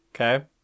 Okay